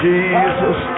Jesus